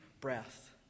breath